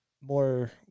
more